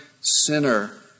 sinner